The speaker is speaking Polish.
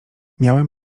miałem